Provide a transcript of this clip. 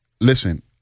listen